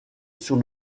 sur